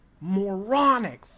moronic